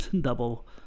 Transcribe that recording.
double